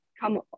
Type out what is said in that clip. come